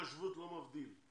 חוק השבות לא מבדיל.